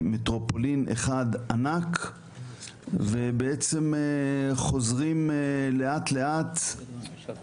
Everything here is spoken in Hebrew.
במטרופולין אחד ענק ובעצם לאט לאט חוזרים